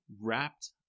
wrapped